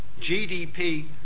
GDP